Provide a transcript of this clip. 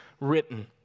written